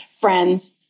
Friends